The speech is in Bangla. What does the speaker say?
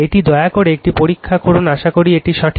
এটি দয়া করে এটি পরীক্ষা করুন আশা করি এটি সঠিক